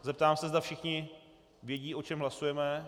Zeptám se, zda všichni vědí, o čem hlasujeme.